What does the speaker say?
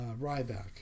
Ryback